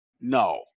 no